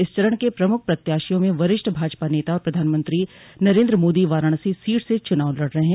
इस चरण के प्रमुख प्रत्याशियों में वरिष्ठ भाजपा नेता और प्रधानमंत्री नरेन्द्र मोदी वाराणसी सीट से चुनाव लड़ रहे हैं